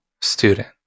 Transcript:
student